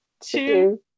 two